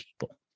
people